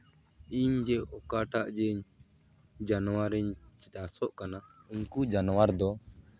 ᱤᱧ ᱡᱮ ᱚᱠᱟᱴᱟᱜ ᱡᱮᱧ ᱡᱟᱱᱣᱟᱨᱤᱧ ᱪᱟᱥᱚᱜ ᱠᱟᱱᱟ ᱩᱱᱠᱩ ᱡᱟᱱᱣᱟᱨ ᱫᱚ